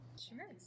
Sure